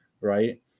right